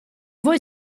voi